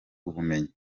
ubumenyi